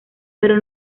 pero